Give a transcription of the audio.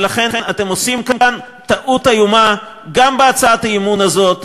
ולכן אתם עושים כאן טעות איומה גם בהצעת האי-אמון הזאת,